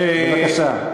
בבקשה.